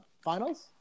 finals